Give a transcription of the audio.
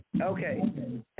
Okay